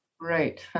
Right